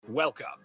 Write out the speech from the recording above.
welcome